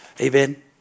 amen